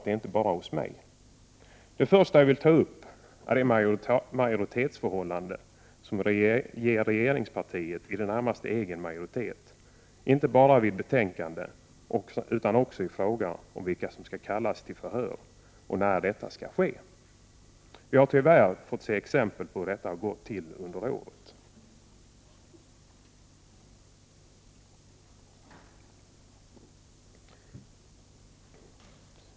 Det första som jag vill ta upp är det majoritetsförhållande som ger regeringspartiet i det närmaste egen majoritet inte bara vid utformandet av betänkanden utan också då det gäller vilka som skall kallas till förhör och när detta skall ske. Vi har tyvärr under det gångna året fått se exempel på hur detta har gått till.